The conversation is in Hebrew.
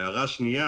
הערה שנייה.